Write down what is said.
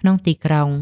ក្នុងទីក្រុង។